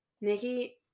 Nikki